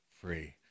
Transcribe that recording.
free